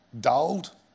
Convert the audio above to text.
dulled